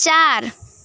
চার